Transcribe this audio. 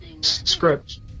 script